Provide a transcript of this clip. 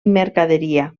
mercaderia